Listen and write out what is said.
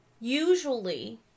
usually